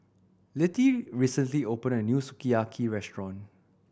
Littie recently opened a new Sukiyaki Restaurant